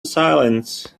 silence